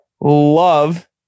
love